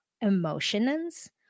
emotions